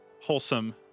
wholesome